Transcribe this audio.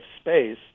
space